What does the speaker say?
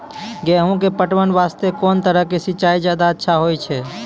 गेहूँ के पटवन वास्ते कोंन तरह के सिंचाई ज्यादा अच्छा होय छै?